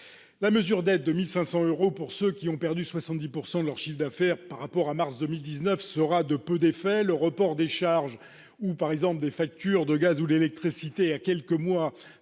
Le dispositif des 1 500 euros pour ceux qui ont perdu 70 % de leur chiffre d'affaires par rapport à mars 2019 sera de peu d'effet. Le report des charges ou des factures de gaz ou d'électricité à quelques mois